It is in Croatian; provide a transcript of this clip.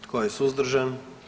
Tko je suzdržan?